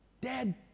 Dead